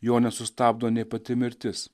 jo nesustabdo nė pati mirtis